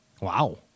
Wow